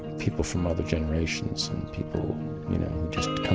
people from other generations and people just come